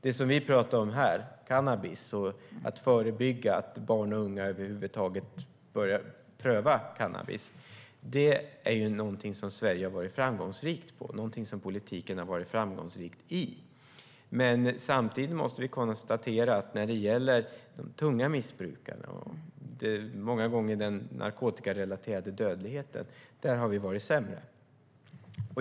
Det som vi pratar om här, cannabis och att förebygga att barn och unga över huvud taget börjar pröva cannabis, har Sverige varit framgångsrikt i. Samtidigt måste vi konstatera att när det gäller de tunga missbrukarna och den narkotikarelaterade dödligheten har vi varit sämre.